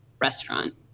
restaurant